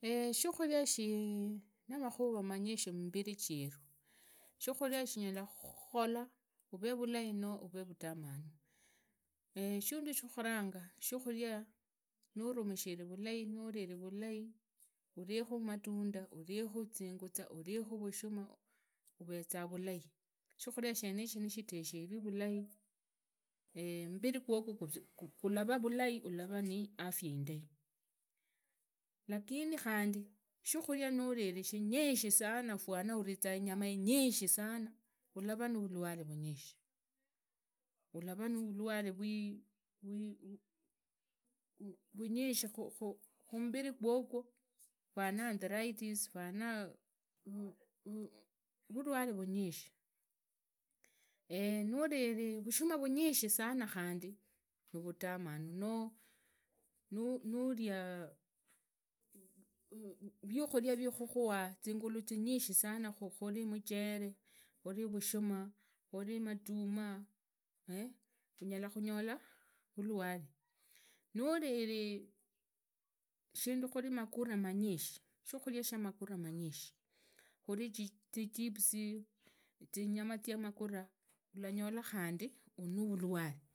shukhuria shirinamakhura manyisi khumbiri jeru shakhutia shinyala khukhora uvee vulai no vee vatamanu shindu shakhuranga shukhunia nurumishire vulai uriekhu matunda uriekhu zinyuza uriekhu vushuma vuvezaa vulai shirikhuria shenishi nishiteshizwe vulai mbiri qwoqwo qulavaa vulai ulavaa niafya inadi lakini kihandi shukhuria nunire shinyishi sana fwana uriza inyama inyishi sana ulavaa nuvulwale vunyishi ilava nunulwale rwi vunyishi khumbiri qwoqwi fanaa atheritis fanaa ru vulwale vunyishi nuririre vushuma vunyishi khandi nivutamanue noo nuria ivikhunia zingulu zinyishi sana fanaa muchele kuri vushuma khuri matumaa.